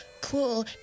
cool